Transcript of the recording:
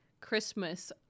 Christmas